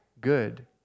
good